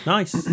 Nice